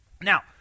Now